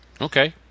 Okay